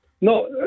No